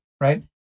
right